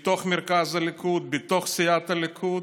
מה קורה בתוך מרכז הליכוד, בתוך סיעת הליכוד